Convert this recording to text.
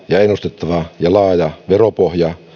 ja ennustettava ja laaja veropohja